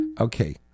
okay